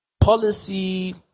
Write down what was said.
Policy